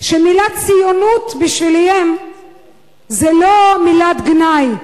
ושהמלה "ציונות" בשבילם זו לא מילת גנאי.